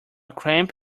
cramp